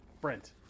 Brent